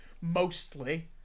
mostly